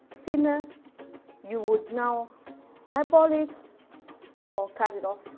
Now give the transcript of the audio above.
thinner you would now eyeball it or cut it off